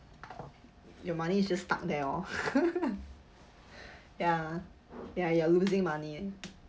your money just stuck there orh ya ya you are losing money